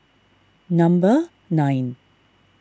number nine